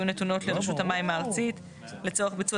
יהיו נתונות לרשות המים הארצית לצורך ביצוע